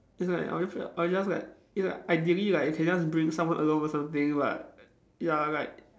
it's like I'll only feel I'll just like it's like ideally like you can just bring someone along or something like ya like